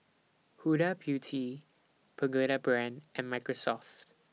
Huda Beauty Pagoda Brand and Microsoft